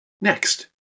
Next